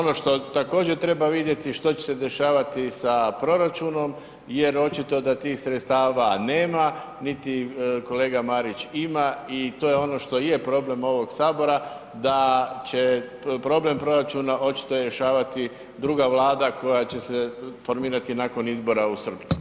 Ono što također treba vidjeti što će se dešavati sa proračunom jer očito da tih sredstava nema niti kolega Marić ima i to je ono što je problem ovog Sabora, da će problem proračuna očito rješavati druga Vlada koja će se formirati nakon izbora u srpnju.